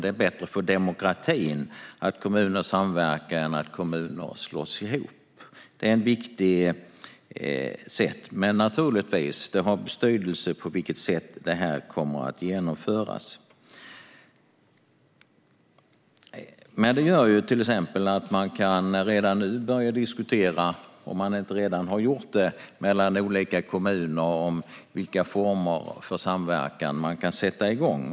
Det är bättre för demokratin att kommuner samverkar än att kommuner slås ihop. Det är viktigt, men vilket sätt detta kommer att genomföras på har naturligtvis betydelse. Detta gör till exempel att olika kommuner, om de inte redan har gjort det, nu kan börja diskutera vilka former av samverkan de kan sätta igång.